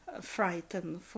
frightened